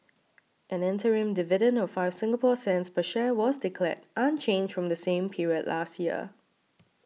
an interim dividend of five Singapore cents per share was declared unchanged from the same period last year